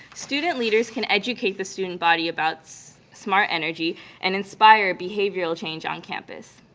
student leaders can educate the student body about so smart energy and inspire behavioral change on campus.